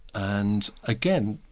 and again,